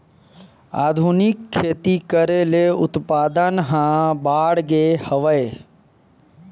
आधुनिक खेती करे ले उत्पादन ह बाड़गे हवय